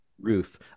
Ruth